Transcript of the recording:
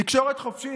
תקשורת חופשית,